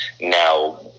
now